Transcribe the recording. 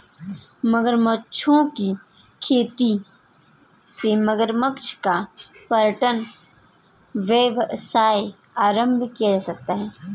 मगरमच्छों की खेती से मगरमच्छों का पर्यटन व्यवसाय प्रारंभ किया जा सकता है